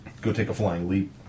go-take-a-flying-leap